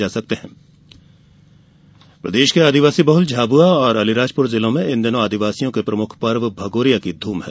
भगोरिया पर्व प्रदेश के आदिवासी बहल झाबुआ और अलीराजपुर जिलों में इन दिनों आदिवासियों के प्रमुख पर्व भगौरिया की धूम है